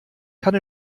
kann